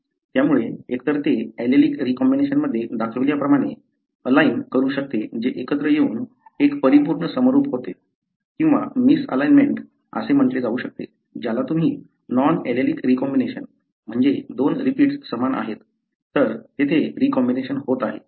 त्यामुळे एकतर ते ऍलेलिक रीकॉम्बिनेशनमध्ये दाखविल्या प्रमाणे अलाइन करू शकते जे एकत्र येऊन एक परिपूर्ण समरूप होते किंवा मिसअलाइनमेंट असे म्हटले जाऊ शकते ज्याला तुम्ही नॉन ऍलेलिक रीकॉम्बिनेशन म्हणजे दोन रिपीट्स समान आहेत तर तेथे रीकॉम्बिनेशन होत आहे